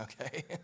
okay